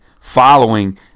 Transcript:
following